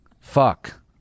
Fuck